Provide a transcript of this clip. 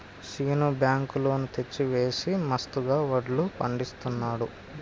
Seenu bank loan తెచ్చి వేసి మస్తుగా వడ్లు పండిస్తున్నాడు